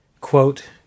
Quote